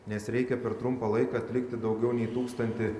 nes reikia per trumpą laiką atlikti daugiau nei tūkstantį